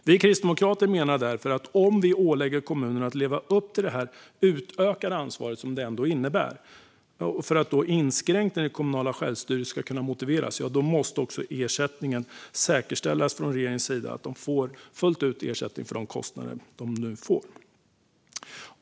Vi kristdemokrater menar därför att om vi ålägger kommunerna att leva upp till det utökade ansvar som det ändå innebär och för att inskränkningen i det kommunala självstyret ska kunna motiveras, ja, då måste också ersättningen säkerställas från regeringens sida. Kommunerna måste fullt ut få ersättning för de kostnader man nu får.